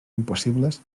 impossibles